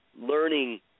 learning